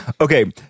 Okay